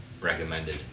recommended